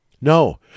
No